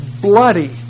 bloody